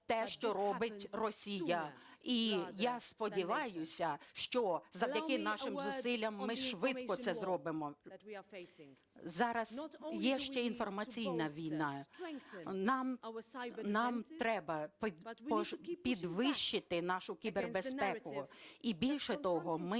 те, що робить Росія. І я сподіваюся, що завдяки нашим зусиллям ми швидко це зробимо. Зараз є ще інформаційна війна, нам треба підвищити нашу кібербезпеку і, більше того, ми